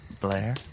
Blair